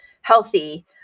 healthy